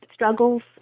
struggles